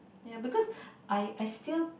ya because I I still